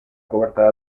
coberta